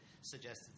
suggested